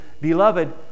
beloved